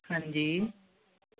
ਹਾਂਜੀ